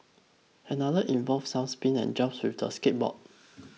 another involved some spins and jumps with the skateboard